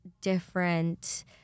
different